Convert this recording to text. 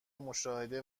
مشاهده